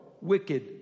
wicked